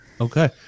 Okay